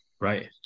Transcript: Right